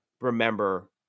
remember